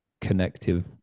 connective